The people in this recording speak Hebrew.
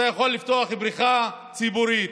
אתה יכול לפתוח בריכה ציבורית,